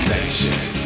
Nation